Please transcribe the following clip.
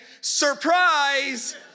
surprise